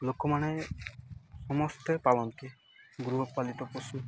ଲୋକମାନେ ସମସ୍ତେ ପାାଳନ୍ତି ଗୃହପାଳିତ ପଶୁ